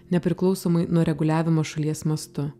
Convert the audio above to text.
nepriklausomai nuo reguliavimo šalies mastu